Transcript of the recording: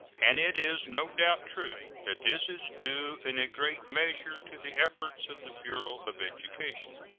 and it is no doubt true that this is due in a great measure to the efforts of the bureau of education.